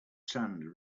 sand